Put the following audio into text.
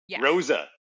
Rosa